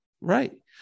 Right